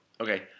Okay